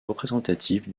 représentatifs